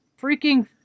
freaking